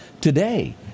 today